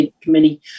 Committee